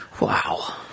Wow